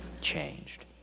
changed